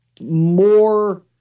more